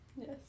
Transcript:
Yes